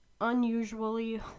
unusually